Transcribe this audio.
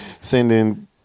sending